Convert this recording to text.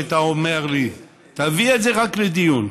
היית אומר לי: תביא את זה רק לדיון.